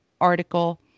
article